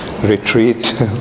retreat